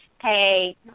hey